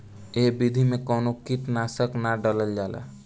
ए विधि में कवनो कीट नाशक ना डालल जाला